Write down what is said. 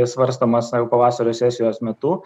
svarstomas na jau pavasario sesijos metu